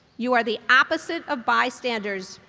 you are the opposite of bystanders.